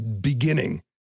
beginning